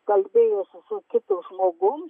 kalbėjausi su kitu žmogum